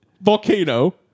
volcano